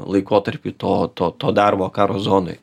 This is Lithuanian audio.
laikotarpy to to to darbo karo zonoj